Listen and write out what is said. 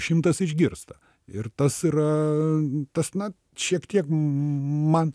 šimtas išgirsta ir tas yra tas na šiek tiek man